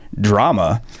drama